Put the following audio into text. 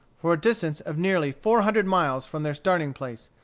for a distance of nearly four hundred miles from their starting-place,